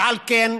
ועל כן,